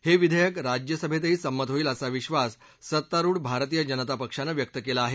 हे विधेयक राज्यसभेतही संमत होईल असा विक्वास सत्तारूढ भारतीय जनता पक्षाकडून व्यक्त केला जात आहे